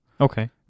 okay